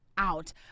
out